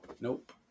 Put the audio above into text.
Nope